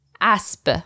asp